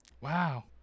wow